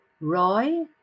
Roy